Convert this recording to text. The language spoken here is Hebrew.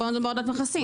בוא נדון בהורדת מכסים.